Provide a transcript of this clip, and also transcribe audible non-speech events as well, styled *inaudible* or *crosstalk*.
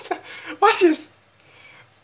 *laughs* why is